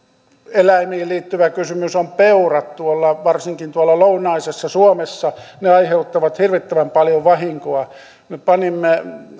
eläimiin liittyvä kysymys on peurat varsinkin tuolla lounaisessa suomessa ne aiheuttavat hirvittävän paljon vahinkoa me panimme